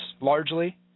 largely